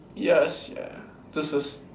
ya sia this is